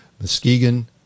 Muskegon